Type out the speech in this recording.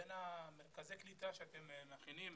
בין מרכזי הקליטה שאתם מכינים,